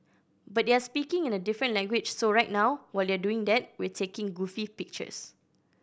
but they're speaking in a different language so right now while they're doing that we're taking goofy pictures